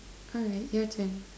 alright your turn